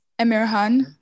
Emirhan